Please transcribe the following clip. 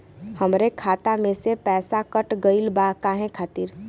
हमरे खाता में से पैसाकट गइल बा काहे खातिर?